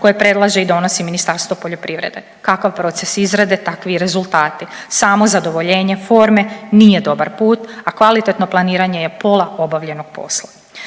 koje predlaže i donosi Ministarstvo poljoprivrede, kakav proces izrade takvi i rezultati, samo zadovoljenje forme nije dobar put, a kvalitetno planiranje je pola obavljenog posla.